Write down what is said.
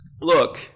look